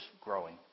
growing